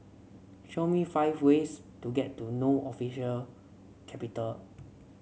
show me five ways to get to No official capital